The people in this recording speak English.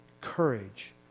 courage